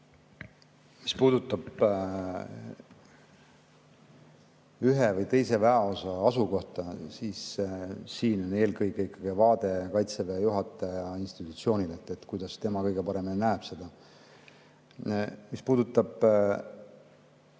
Mis puudutab ühe või teise väeosa asukohta, siis siin on eelkõige ikkagi vaade Kaitseväe juhataja institutsioonil, et kuidas tema seda kõige paremini näeb. Mis puudutab